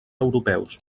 europeus